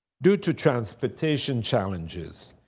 due to transportation challenges,